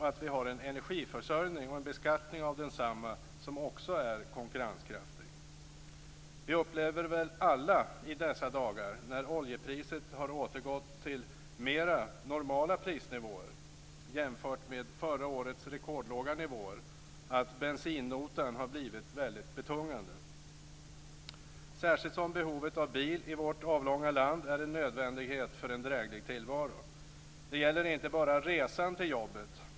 Vi måste ha en energiförsörjning och en beskattning av densamma som också är konkurrenskraftig. Vi upplever väl alla i dessa dagar när oljepriset har återgått till mer normala prisnivåer jämfört med förra årets rekordlåga nivåer att bensinnotan har blivit väldigt betungande, särskilt som bilen i vårt avlånga land är en nödvändighet för en dräglig tillvaro. Det gäller inte bara resan till jobbet.